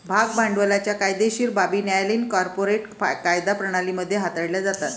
भाग भांडवलाच्या कायदेशीर बाबी न्यायालयीन कॉर्पोरेट कायदा प्रणाली मध्ये हाताळल्या जातात